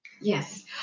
yes